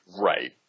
Right